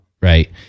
right